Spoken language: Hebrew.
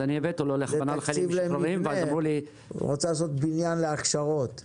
הוא רצה לעשות בניין להכשרות.